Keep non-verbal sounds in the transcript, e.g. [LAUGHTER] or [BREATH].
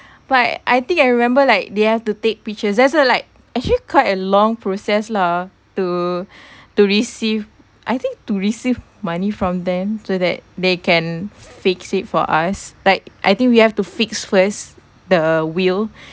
but I think I remember like they have to take pictures that's also like actually quite a long process lah to [BREATH] to receive I think to receive money from them so that they can fix it for us like I think we have to fix first the wheel